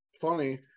funny